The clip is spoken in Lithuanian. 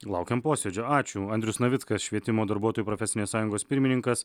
laukiam posėdžio ačiū andrius navickas švietimo darbuotojų profesinės sąjungos pirmininkas